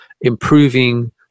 improving